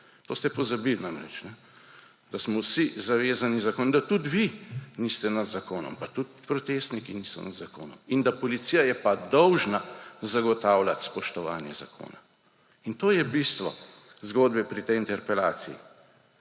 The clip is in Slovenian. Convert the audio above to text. To ste pozabili namreč, da smo vsi zavezani zakonu, da tudi vi niste nad zakonom in tudi protestniki niso nad zakonom. In da je policija pa dolžna zagotavljati spoštovanje zakona. In to je bistvo zakona pri tej interpelaciji.